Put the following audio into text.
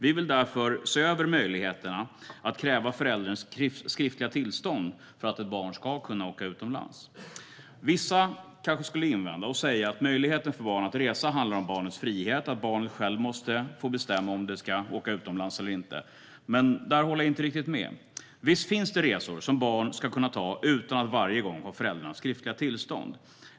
Vi vill därför se över möjligheterna att kräva förälderns skriftliga tillstånd för att ett barn ska kunna åka utomlands. Vissa kanske skulle invända att möjligheten för barn att resa handlar om barnets frihet och att barnet självt måste få bestämma om det ska åka utomlands eller inte, men jag håller inte riktigt med. Visst finns det resor som barn ska kunna göra utan att varje gång ha förälderns skriftliga tillstånd.